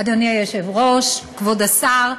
אדוני היושב-ראש, כבוד השר,